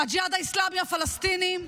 הג'יהאד האסלאמי, הפלסטינים,